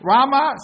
Rama